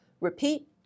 repeat